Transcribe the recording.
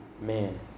man